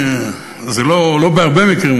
זה לא בהרבה מקרים,